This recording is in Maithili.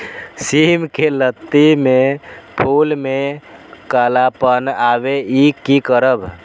सिम के लत्ती में फुल में कालापन आवे इ कि करब?